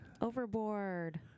Overboard